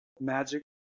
magic